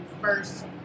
first